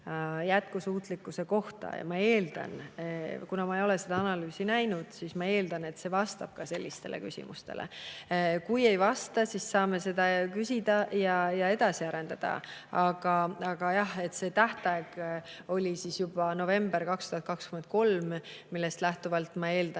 jätkusuutlikkuse kohta ja ma eeldan – ma ei ole seda analüüsi näinud, aga ma eeldan –, et see vastab ka sellistele küsimustele. Kui ei vasta, siis saame seda küsida ja edasi arendada. Aga jah, see tähtaeg oli juba november 2023, millest lähtuvalt ma eeldan,